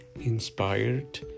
inspired